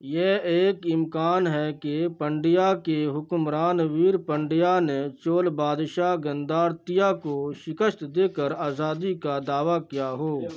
یہ ایک امکان ہے کہ پنڈیا کے حکمران ویر پنڈیا نے چول بادشاہ گندارتیہ کو شکست دے کر آزادی کا دعویٰ کیا ہو